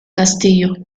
castillo